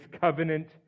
covenant